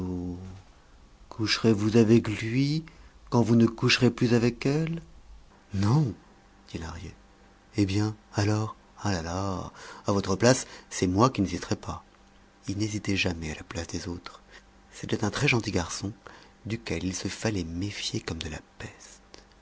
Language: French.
coucherez vous avec lui quand vous ne coucherez plus avec elle non dit lahrier eh bien alors ah la la à votre place c'est moi qui n'hésiterais pas il n'hésitait jamais à la place des autres c'était un très gentil garçon duquel il se fallait méfier comme de la